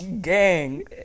Gang